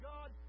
God